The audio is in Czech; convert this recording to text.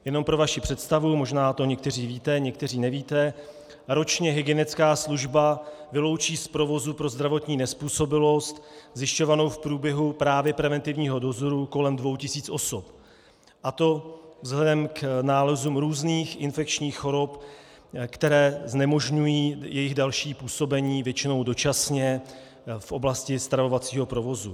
Jenom pro vaši představu, možná to někteří víte, někteří nevíte, ročně hygienická služba vyloučí z provozu pro zdravotní nezpůsobilost zjišťovanou v průběhu právě preventivního dozoru kolem dvou tisíc osob, a to vzhledem k nálezům různých infekčních chorob, které znemožňují jejich další působení, většinou dočasně, v oblasti stravovacího provozu.